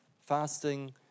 Fasting